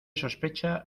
sospecha